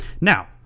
now